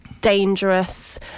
dangerous